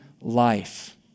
life